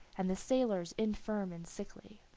and the sailors infirm and sickly.